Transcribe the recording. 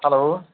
hello